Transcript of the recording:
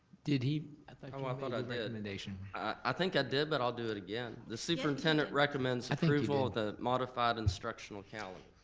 did he, oh, i thought i did. but and and i think i did, but i'll do it again. the superintendent recommends approval of the modified instructional calendar.